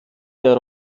der